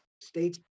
States